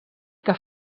que